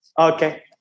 Okay